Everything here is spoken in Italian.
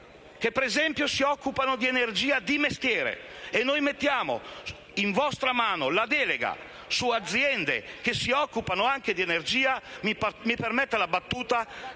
che - ad esempio - si occupano di energia di mestiere e noi mettiamo nelle loro mani la delega su aziende che trattano anche di energia. Mi permetta una battuta: